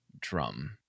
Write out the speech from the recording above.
drum